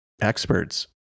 experts